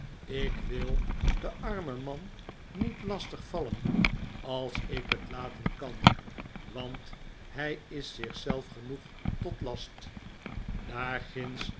ik wil den armen man niet lastig vallen als ik het laten kan want hij is zich zelf genoeg tot last